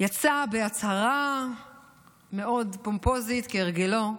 יצא בהצהרה מאוד פומפוזית, כהרגלו,